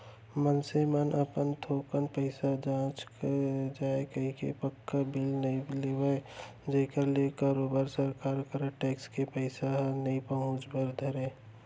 मनखे मन अपन थोकन पइसा बांच जाय कहिके पक्का बिल नइ लेवन जेखर ले बरोबर सरकार करा टेक्स के पइसा ह नइ पहुंचय बर धरय